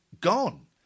gone